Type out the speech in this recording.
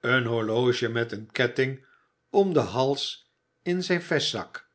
een horloge met een ketting om den hals in zijn vestzak